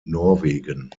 norwegen